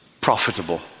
profitable